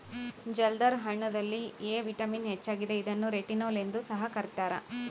ಜಲ್ದರ್ ಹಣ್ಣುದಲ್ಲಿ A vitamin ಹೆಚ್ಚಾಗಿದೆ ಇದನ್ನು ರೆಟಿನೋಲ್ ಎಂದು ಸಹ ಕರ್ತ್ಯರ